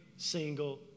single